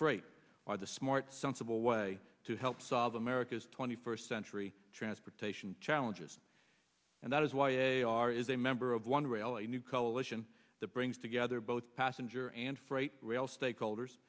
freight by the smart sensible way to help solve america's twenty first century transportation challenges and that is why a r is a member of one rail a new coalition that brings together both passenger and freight rail stakeholders